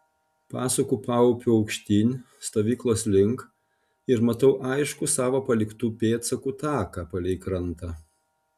pasuku paupiu aukštyn stovyklos link ir matau aiškų savo paliktų pėdsakų taką palei krantą